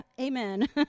amen